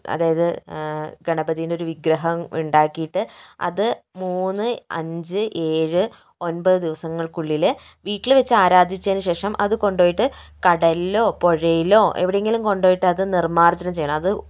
അതായത് ഗണപതിൻ്റെ ഒരു വിഗ്രഹം ഉണ്ടാക്കിട്ട് അത് മൂന്ന് അഞ്ച് ഏഴ് ഒൻപത് ദിവസങ്ങൾക്ക് ഉള്ളില് വീട്ടില് വെച്ച് ആരാധിച്ചതിന് ശേഷം അത് കൊണ്ട് പോയിട്ട് കടലിലോ പുഴയിലോ എവിടെയെങ്കിലും കൊണ്ടുപോയിട്ട് അത് നിർമാർജനം ചെയ്യണം അത്